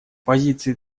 позиции